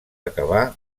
acabar